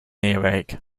earache